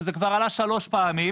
שזה כבר עלה שלוש פעמים,